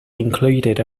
included